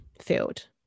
field